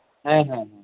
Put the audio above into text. ᱦᱮᱸ ᱦᱮᱸ